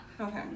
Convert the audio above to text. okay